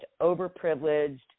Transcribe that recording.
overprivileged